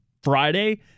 friday